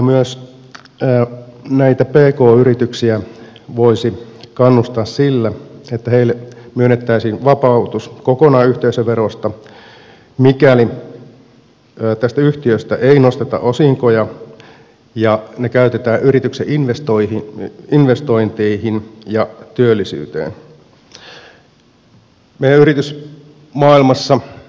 myös näitä pk yrityksiä voisi kannustaa sillä että niille myönnettäisiin vapautus kokonaan yhteisöverosta mikäli tästä yhtiöstä ei nosteta osinkoja ja ne käytetään yrityksen investointeihin ja työllisyyteen